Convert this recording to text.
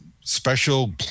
special